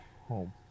home